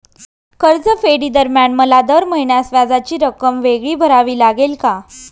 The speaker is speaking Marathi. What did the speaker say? कर्जफेडीदरम्यान मला दर महिन्यास व्याजाची रक्कम वेगळी भरावी लागेल का?